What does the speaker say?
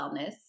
wellness